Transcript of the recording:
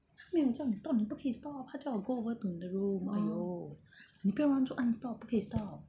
他没有叫你 stop 你不可以 stop 他叫我 go over to 你的 room !aiyo! 你不要乱做按 stop 不可以 stop